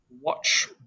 watch